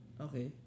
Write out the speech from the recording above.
okay